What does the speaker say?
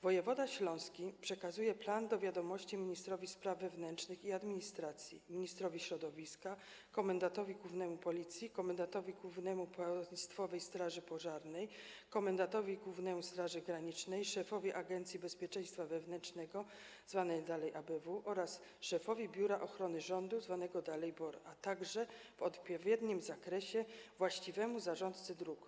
Wojewoda śląski przekazuje plan do wiadomości ministrowi spraw wewnętrznych i administracji, ministrowi środowiska, komendantowi głównemu Policji, komendantowi głównemu Państwowej Straży Pożarnej, komendantowi głównemu Straży Granicznej, szefowi Agencji Bezpieczeństwa Wewnętrznego, zwanej dalej: ABW, oraz szefowi Biura Ochrony Rządu, zwanego dalej: BOR, a także, w odpowiednim zakresie, właściwemu zarządcy dróg.